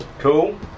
Cool